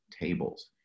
tables